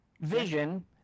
Vision